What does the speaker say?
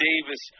Davis